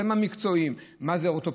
אתם המקצועיים: מה זה אורתופד,